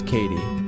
Katie